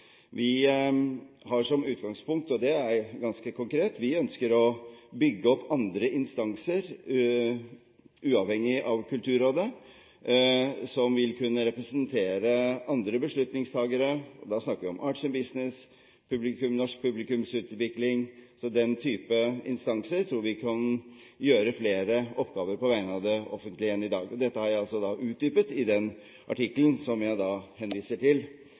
Vi har som utgangspunkt – og det er ganske konkret – at vi ønsker å bygge opp andre instanser uavhengig av Kulturrådet som vil kunne representere andre beslutningstakere. Da snakker vi om Arts & Business og Norsk publikumsutvikling, altså den type instanser tror vi kan gjøre flere oppgaver på vegne av det offentlige enn i dag. Dette har jeg utdypet i den artikkelen som jeg henviser til